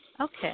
okay